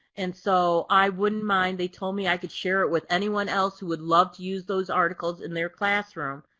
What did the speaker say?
and so i wouldn't mind, they told me i could share it with anyone else who would love to use those articles in their classroom,